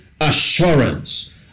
assurance